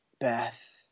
Beth